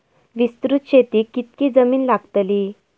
विस्तृत शेतीक कितकी जमीन लागतली?